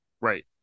right